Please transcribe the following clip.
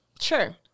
sure